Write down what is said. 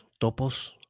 Topos